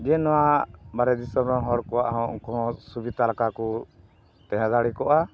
ᱡᱮ ᱱᱚᱣᱟ ᱵᱟᱦᱨᱮ ᱫᱤᱥᱚᱢ ᱨᱮᱱ ᱦᱚᱲ ᱠᱚᱣᱟᱜ ᱦᱚᱸ ᱩᱱᱠᱩ ᱦᱚᱸ ᱥᱩᱵᱤᱛᱟ ᱞᱮᱠᱟ ᱠᱚ ᱛᱟᱦᱮᱸ ᱫᱟᱲᱮ ᱠᱚᱜᱼᱟ